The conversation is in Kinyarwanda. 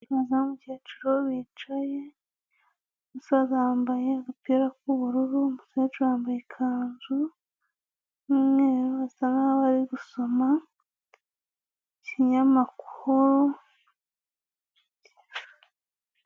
Umusaza n'umukecuru bicaye, umusaza yambaye agapira k'ubururu, umukecuru yambaye ikanzu y'umweru basa nkaho bari gusoma ikinyamakuru.